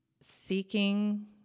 seeking